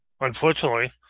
unfortunately